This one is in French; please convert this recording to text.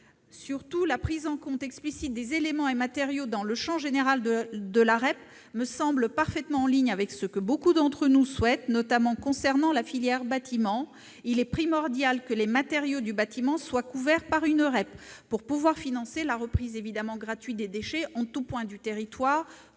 Surtout, la prise en compte explicite des éléments et matériaux dans le champ général de la REP me semble parfaitement en ligne avec ce que beaucoup d'entre nous souhaitent, notamment concernant la filière du bâtiment : il est primordial que les matériaux du bâtiment soient couverts par une REP pour pouvoir financer la reprise gratuite des déchets en tout point du territoire